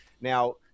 now